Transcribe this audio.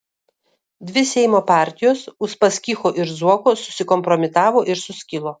dvi seimo partijos uspaskicho ir zuoko susikompromitavo ir suskilo